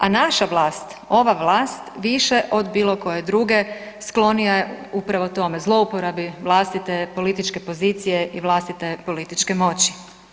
A naša vlast, ova vlast više od bilokoje druge, sklonija je upravo tome, zlouporabi vlastite političke pozicije i vlastite političke moći.